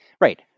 right